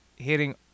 hitting